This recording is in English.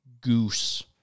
goose